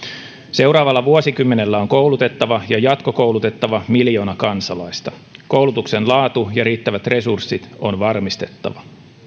seuraavalla vuosikymmenellä on koulutettava ja jatkokoulutettava miljoona kansalaista koulutuksen laatu ja riittävät resurssit on varmistettava